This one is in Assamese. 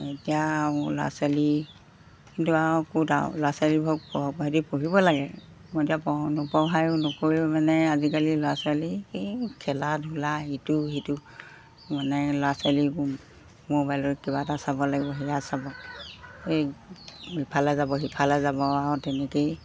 এতিয়া আৰু ল'ৰা ছোৱালী কিন্তু আৰু ক'ত আৰু ল'ৰা ছোৱালীবোৰক হেৰি পঢ়িব লাগে মই এতিয়া নপঢ়ায়ো নকৰেও মানে আজিকালি ল'ৰা ছোৱালী এই খেলা ধূলা ইটো সিটো মানে ল'ৰা ছোৱালীক মোবাইলত কিবা এটা চাবলৈ লাগিব সেইয়া চাব এই ইফালে যাব সিফালে যাব আৰু তেনেকেই